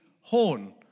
horn